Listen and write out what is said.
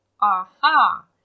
aha